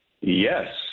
Yes